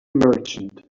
merchant